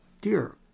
dear